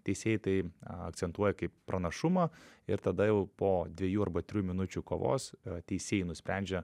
teisėjai tai akcentuoja kaip pranašumą ir tada jau po dviejų arba trijų minučių kovos teisėjai nusprendžia